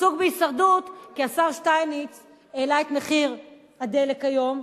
עסוק בהישרדות כי השר שטייניץ העלה את מחיר הדלק היום,